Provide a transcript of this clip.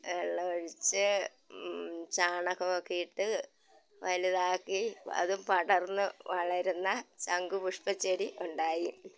വെള്ളമൊഴിച്ച് ചാണകമൊക്കെ ഇട്ട് വലുതാക്കി അത് പടർന്ന് വളരുന്ന ശംഖു പുഷ്പച്ചെടി ഉണ്ടായി